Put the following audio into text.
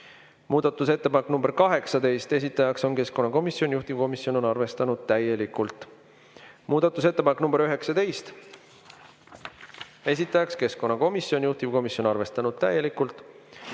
Muudatusettepanek nr 18, esitajaks keskkonnakomisjon, juhtivkomisjon on arvestanud täielikult. Muudatusettepanek nr 19, esitajaks keskkonnakomisjon, juhtivkomisjon on arvestanud täielikult.